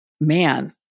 man